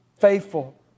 faithful